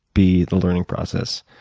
b the learning process,